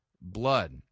blood